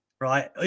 right